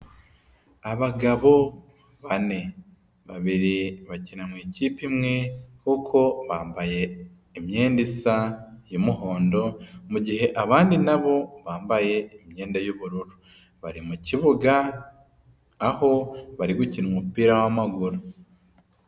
Abagabo, bane. Babiri bakina mu ikipe imwe, hoko bambaye, imyenda isa y'umuhondo, mugihe abandi nabo bambaye imyenda y'ubururu. Bari mu kibuga, aho bari gukina umupira w'amaguru.